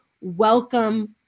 Welcome